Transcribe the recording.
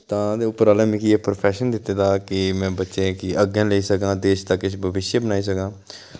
तां ते उप्पर आह्ले मिकी एह् प्रोफैशन दीत्ते दा की मैं बच्चें कि अग्गें लेई सकां देश दा किश भविश्य बनाई सकां